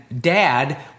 dad